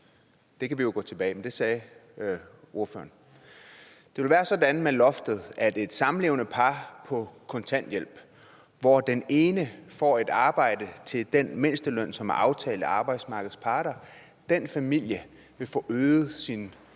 Det kan vi jo gå tilbage og se, men det sagde ordføreren. Det vil være sådan med loftet, at en familie bestående af et samlevende par på kontanthjælp, hvor den ene får et arbejde til den mindsteløn, som er aftalt af arbejdsmarkedets parter, vil få øget sit